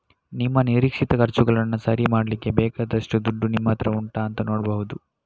ನಿಮ್ಮ ನಿರೀಕ್ಷಿತ ಖರ್ಚುಗಳನ್ನ ಸರಿ ಮಾಡ್ಲಿಕ್ಕೆ ಬೇಕಾದಷ್ಟು ದುಡ್ಡು ನಿಮ್ಮತ್ರ ಉಂಟಾ ಅಂತ ನೋಡ್ಬಹುದು